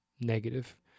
negative